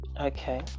okay